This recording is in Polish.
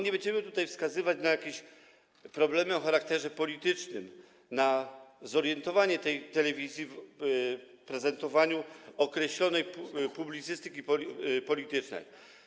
Nie będziemy wskazywać na jakieś problemy o charakterze politycznym, na zorientowanie tej telewizji na prezentowanie określonej publicystyki politycznej.